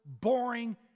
boring